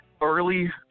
Early